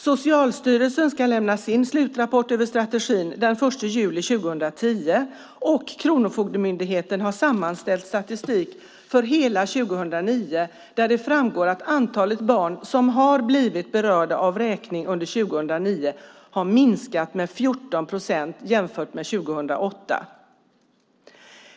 Socialstyrelsen ska lämna sin slutrapport över strategin den 1 juli 2010, och Kronofogdemyndigheten har sammanställt statistik för hela 2009 där det framgår att antalet barn som har blivit berörda av vräkning under 2009 har minskat med 14 procent jämfört med 2008.